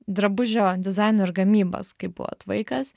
drabužio dizaino ir gamybos kai buvot vaikas